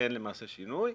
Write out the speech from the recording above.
למעשה אין שינוי.